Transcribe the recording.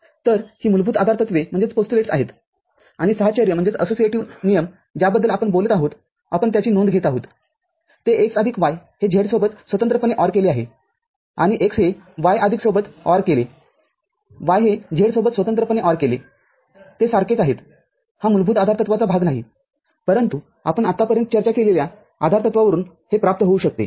तर ही मूलभूत आधारतत्वेआहेत आणि साहचर्य नियम ज्याबद्दल आपण बोलत आहोत आपण त्याची नोंद घेत आहोत ते x आदिक y हे z सोबत स्वतंत्रपणे OR केले आहे आणि x हे y आदिक सोबत OR केले y हे z सोबत स्वतंत्रपणे OR केले ते सारखेच आहेतहा मूलभूत आधारतत्वाचा भाग नाहीपरंतु आपण आतापर्यंत चर्चा केलेल्या आधारतत्वावरून हे प्राप्त होऊ शकते